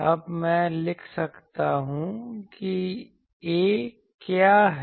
अब मैं लिख सकता हूं कि A क्या है